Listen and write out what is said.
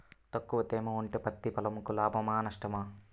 తక్కువ తేమ ఉంటే పత్తి పొలంకు లాభమా? నష్టమా?